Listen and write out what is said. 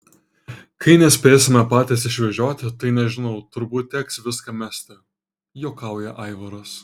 kai nespėsime patys išvežioti tai nežinau turbūt teks viską mesti juokauja aivaras